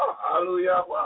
Hallelujah